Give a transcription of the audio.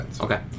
Okay